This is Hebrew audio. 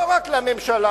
לא רק לממשלה,